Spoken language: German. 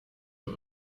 für